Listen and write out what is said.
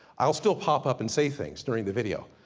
i'll still pop up and say things during the video.